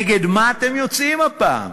נגד מה אתם יוצאים הפעם.